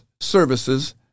services